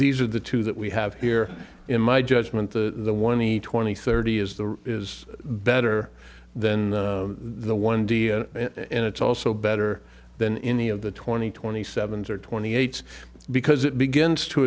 these are the two that we have here in my judgment the one hundred twenty thirty is the is better than the one and it's also better than any of the twenty twenty seven's or twenty eight because it begins to